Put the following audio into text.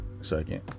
Second